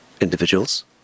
individuals